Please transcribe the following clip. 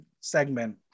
segment